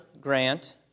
grant